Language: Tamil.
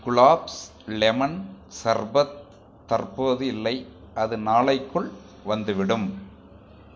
குலாப்ஸ் லெமன் சர்பத் தற்போது இல்லை அது நாளைக்குள் வந்துவிடும்